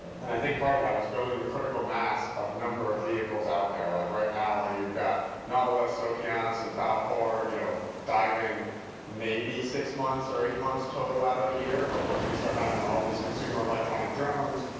and i think part of that was building the critical mass of number of vehicles out there. like right now, where you've got nautilus, okeanos, and falkor, you know, diving maybe six months or eight months total out of the year, but once we start having all these consumer electronic drones,